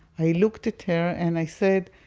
i looked at her, and i said,